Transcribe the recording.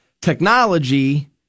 Technology